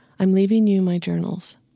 i'm leaving you my journals.